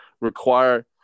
require